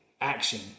action